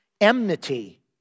enmity